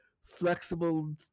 flexible